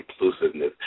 inclusiveness